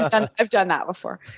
and i've done that before,